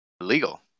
illegal